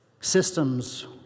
Systems